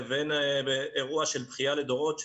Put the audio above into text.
לבין אירוע של בכייה לדורות,